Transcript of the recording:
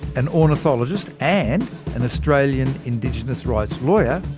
an ornithologist and and australian indigenous-rights lawyer,